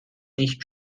nicht